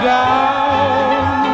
down